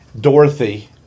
Dorothy